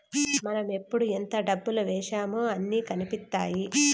మనం ఎప్పుడు ఎంత డబ్బు వేశామో అన్ని కనిపిత్తాయి